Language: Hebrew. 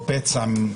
אנחנו הפצנו נוסח,